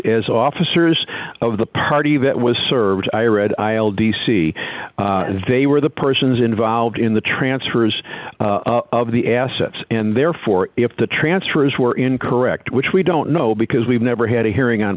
as officers of the party that was service i read i all d c they were the persons involved in the transfers of the assets and therefore if the transfers were incorrect which we don't know because we've never had a hearing on